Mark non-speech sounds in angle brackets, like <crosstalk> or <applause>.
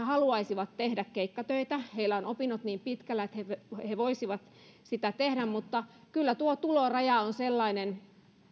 <unintelligible> haluaisivat tehdä keikkatöitä heillä on opinnot niin pitkällä että he voisivat sitä tehdä mutta kyllä tuo tuloraja on sellainen